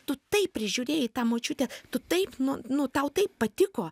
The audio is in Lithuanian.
tu taip prižiūrėjai tą močiutę tu taip nu nu tau taip patiko